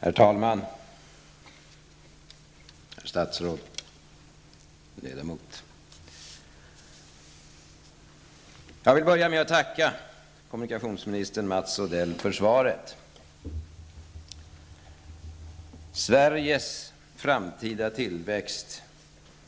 Herr talman! Herr statsråd, ärade ledamöter! Jag vill börja med att tacka kommunikationsminister Mats Odell för svaret. Sveriges framtida tillväxt